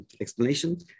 explanation